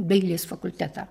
dailės fakultetą